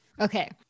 Okay